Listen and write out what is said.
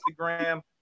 Instagram